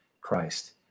Christ